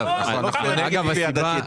גם אנחנו נגד כפייה דתית.